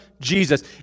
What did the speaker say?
Jesus